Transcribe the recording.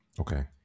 Okay